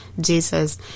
Jesus